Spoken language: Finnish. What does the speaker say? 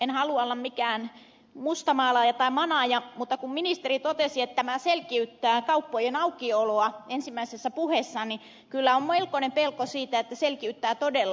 en halua olla mikään mustamaalaaja tai manaaja mutta kun ministeri totesi ensimmäisessä puheessaan että tämä selkiyttää kauppojen aukioloa niin kyllä on melkoinen pelko siitä että selkiyttää todella